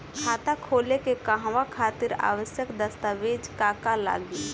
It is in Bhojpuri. खाता खोले के कहवा खातिर आवश्यक दस्तावेज का का लगी?